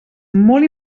molt